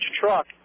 truck